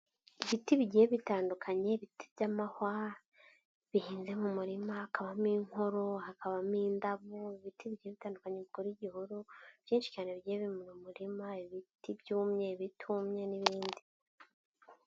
Ibiti bigiye bitandukanye, ibiti by'amahwa, bihinze mu murima, hakabamo inkoro, hakabamo indabo, ibiti bigiye bitandukanye bikora igihuru, byinshi cyane bigiye biri mu murima, ibiti byumye, ibitumye n'ibindi.